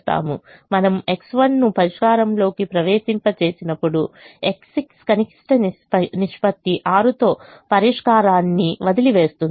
మనము X1 ను పరిష్కారంలోకి ప్రవేశింప చేసినప్పుడు X6 కనిష్ట నిష్పత్తి 6 తో పరిష్కారాన్ని వదిలివేస్తుంది